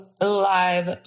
live